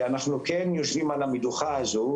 אנחנו כן יושבים על המדוכה הזו